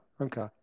Okay